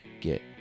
get